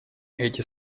эти